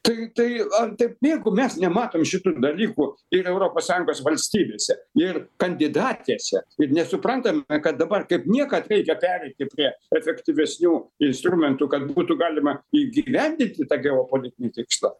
tai tai ar taip jeigu mes nematom šitų dalykų ir europos sąjungos valstybėse ir kandidatėse ir nesuprantame kad dabar kaip niekad reikia pereiti prie efektyvesnių instrumentų kad būtų galima įgyvendinti tą geopolitinį tikslą